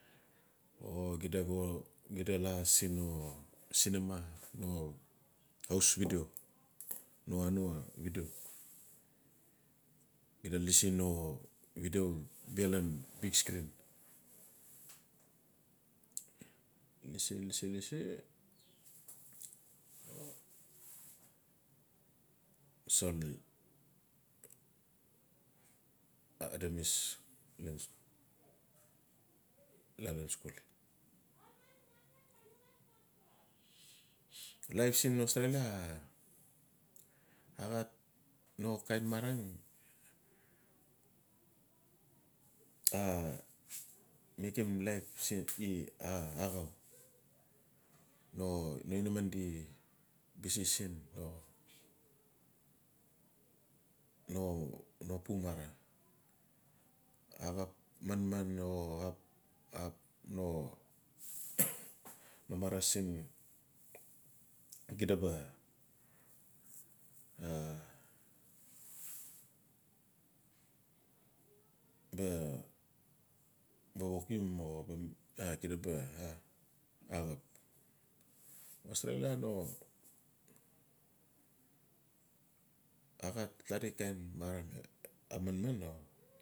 O xida go. xida la siin no sinima no haus video no anua xidul xida lisi no video bia lan big scrin. Lisi-lisi-lisi o sol adamis la ian skul liap siin australia a gat no kain marang a makim laip se axau no inaman di bisi siin no pu marang axap manman no axap na marang siin xida ba a ba wokim o axap a xida ba xida. Australia a axau a gat plati kain marang a manman o